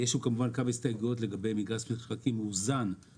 אנחנו שש שנים במסע שמטרתו לקחת את הדואר למקום אחר